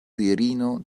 virino